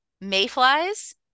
Mayflies